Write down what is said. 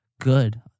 good